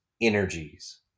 energies